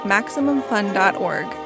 MaximumFun.org